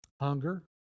Hunger